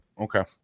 okay